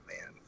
man